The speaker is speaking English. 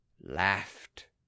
laughed